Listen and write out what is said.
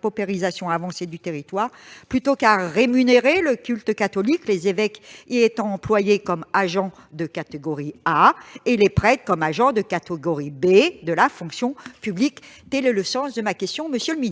paupérisation avancée du territoire plutôt qu'à rémunérer le culte catholique, les évêques y étant employés comme agents de catégorie A et les prêtres comme agents de catégorie B de la fonction publique ? Tel est le sens de ma question. La parole